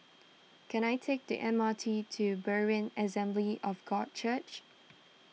can I take the M R T to Berean Assembly of God Church